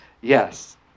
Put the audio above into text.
Yes